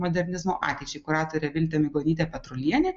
modernizmo ateičiai kuratorė viltė migonytė petrulienė